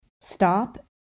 Stop